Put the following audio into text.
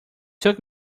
took